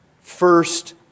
first